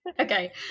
Okay